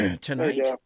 Tonight